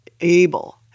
able